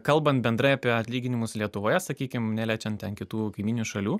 kalbant bendrai apie atlyginimus lietuvoje sakykim neliečiant ten kitų kaimynių šalių